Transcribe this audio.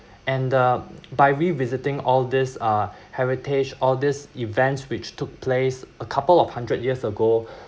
and the by revisiting all these uh heritage all these events which took place a couple of hundred years ago